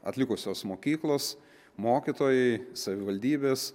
atlikusios mokyklos mokytojai savivaldybės